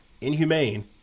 inhumane